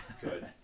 Good